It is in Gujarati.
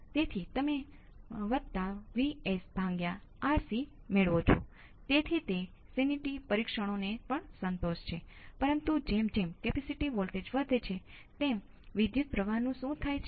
તેથી તમે કોઈપણ ઇચ્છિત સર્કિટ માટે આ કરી શકો છો જ્યારે તમારી પાસે વધારે વોલ્ટેજ સ્રોતો અને કેપેસિટરની લૂપ હોય ત્યારે માત્ર વધારાની જટિલતા આવશે